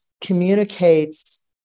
communicates